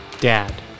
Dad